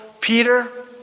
Peter